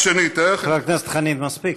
חבר הכנסת חנין, מספיק.